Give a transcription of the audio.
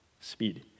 speed